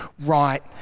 right